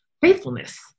faithfulness